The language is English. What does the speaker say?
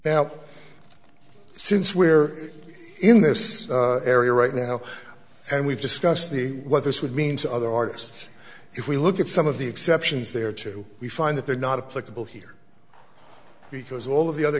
now since we're in this area right now and we've discussed the what this would mean to other artists if we look at some of the exceptions there too we find that they're not a clickable here because all of the other